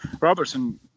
Robertson